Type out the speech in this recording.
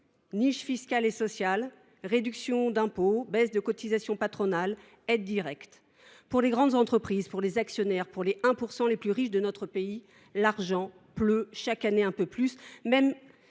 Niches fiscales et sociales, réductions d’impôts, baisses des cotisations patronales, aides directes : pour les grandes entreprises, pour les actionnaires, pour les 1 % les plus riches de notre pays, l’argent pleut chaque année un peu plus, mais